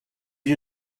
you